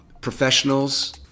professionals